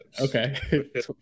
Okay